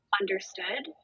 understood